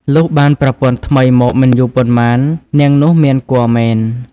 លុះបានប្រពន្ធថ្មីមកមិនយូរប៉ុន្មាន នាងនោះមានគភ៌មែន។